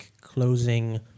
closing